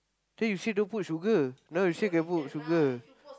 then you say don't put sugar now you say can put sugar